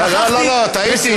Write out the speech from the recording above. לא לא, טעיתי.